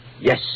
Yes